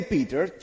Peter